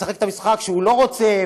ולשחק את המשחק שהוא לא רוצה,